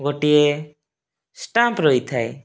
ଗୋଟିଏ ଷ୍ଟାମ୍ପ ରହିଥାଏ